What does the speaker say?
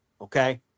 Okay